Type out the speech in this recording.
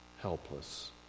helpless